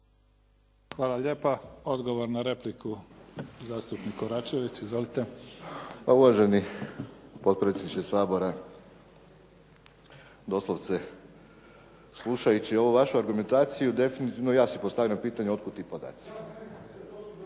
Hvala lijepa. Odgovor na repliku, zastupnik Koračević. Izvolite. **Koračević, Zlatko (HNS)** Pa uvaženi potpredsjedniče Sabora, doslovce slušajući ovu vašu argumentaciju definitivno ja si postavljam pitanje otkud ti podaci.